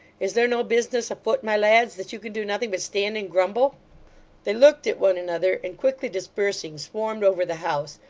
is there no business afoot, my lads, that you can do nothing but stand and grumble they looked at one another, and quickly dispersing, swarmed over the house,